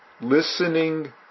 Listening